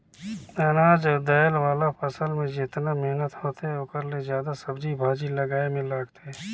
अनाज अउ दायल वाला फसल मे जेतना मेहनत होथे ओखर ले जादा सब्जी भाजी लगाए मे लागथे